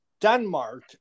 Denmark